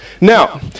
Now